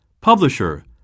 Publisher